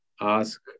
ask